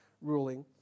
ruling